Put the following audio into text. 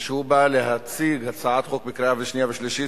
כשהוא בא להציג הצעת חוק לקריאה שנייה ושלישית,